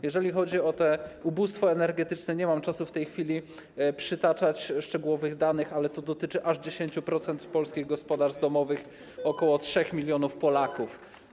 Jeżeli chodzi o ubóstwo energetyczne, nie mam czasu w tej chwili przytaczać szczegółowych danych, ale to dotyczy aż 10% polskich gospodarstw domowych, ok. 3 mln Polaków.